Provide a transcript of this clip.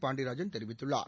பாண்டியராஜன் தெரிவித்துள்ளார்